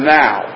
now